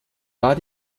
war